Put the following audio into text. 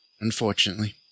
Unfortunately